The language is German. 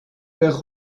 der